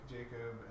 Jacob